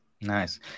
nice